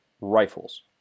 rifles